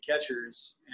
catchers